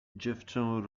dziewczę